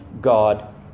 God